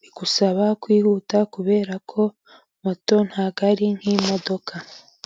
bigusaba kwihuta kubera ko moto nta bwo ari nk'imodoka.